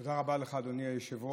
תודה רבה לך, אדוני היושב-ראש.